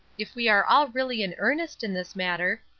if we are all really in earnest in this matter,